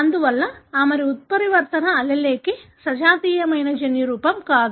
అందువల్ల ఆమె ఉత్పరివర్తన allele కి సజాతీయమైన జన్యురూపం కాదు